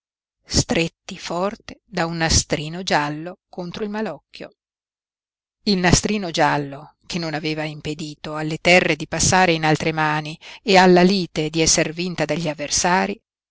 stretti forte da un nastrino giallo contro il malocchio il nastrino giallo che non aveva impedito alle terre di passare in altre mani e alla lite di esser vinta dagli avversari